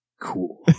cool